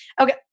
Okay